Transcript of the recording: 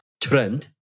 trend